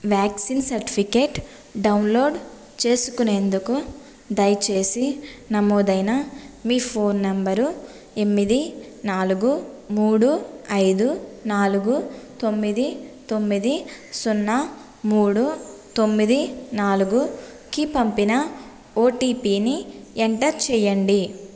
vaccine certificate download చేసుకునేందుకు దయచేసి నమోదైన మీ ఫోన్ నెంబరు ఎనిమిది నాలుగు మూడు ఐదు నాలుగు తొమ్మిది తొమ్మిది సున్నా మూడు తొమ్మిది నాలుగుకి పంపిన ఓటీపీని ఎంటర్ చేయండి